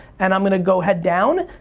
and i'm gonna go head down.